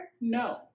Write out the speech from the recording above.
No